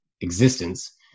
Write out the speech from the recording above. existence